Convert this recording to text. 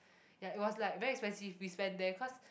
ya it was like very expensive we spent there cause